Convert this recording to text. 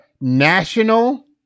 national